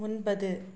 ஒன்பது